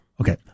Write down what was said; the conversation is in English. Okay